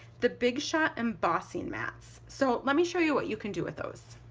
the big shot embossing mats. so let me show you what you can do with those.